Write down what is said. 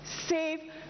save